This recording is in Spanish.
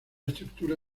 estructura